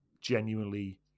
genuinely